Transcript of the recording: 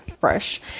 fresh